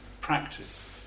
practice